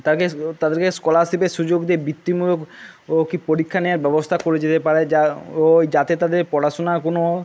তাকে তাদেরকে স্কলারশিপের সুযোগ দিয়ে বৃত্তিমূলক ও কি পরীক্ষা নেওয়ার ব্যবস্থা করে যেতে পারে যার ওই যাতে তাদের পড়াশুনার কোনো